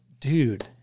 Dude